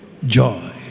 joy